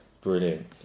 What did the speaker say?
brilliant